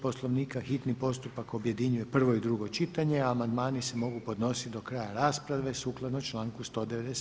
Poslovnika hitni postupak objedinjuje prvo i drugo čitanje a amandmani se mogu podnositi do kraja rasprava sukladno članku 197.